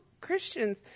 Christians